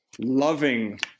loving